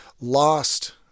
lost